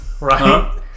Right